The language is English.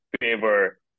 favor